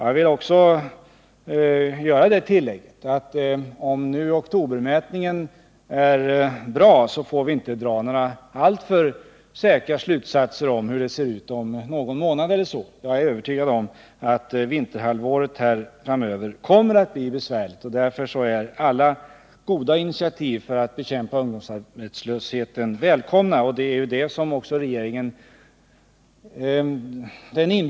Jag vill också göra det tillägget, att om nu oktobermätningen är bra, får vi inte dra alltför säkra slutsatser om hur det kan tänkas se ut om ytterligare någon månad. Vinterhalvåret kommer säkert att bli besvärligt, och därför är alla goda initiativ för att bekämpa ungdomsarbetslösheten välkomna.